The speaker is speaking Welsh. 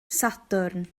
sadwrn